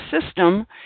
system